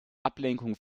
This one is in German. ablenkung